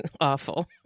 awful